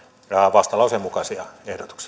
vastalauseen mukaisia